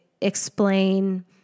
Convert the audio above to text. explain